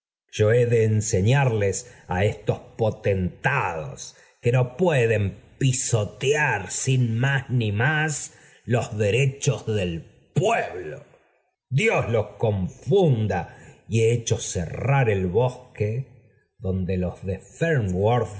yo he de enseñarles á estos potentados que no pueden pisotear sin más ni más iob derechos del pueblo dios los confunda i y he hecho cerrar el bosque donde los de